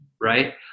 right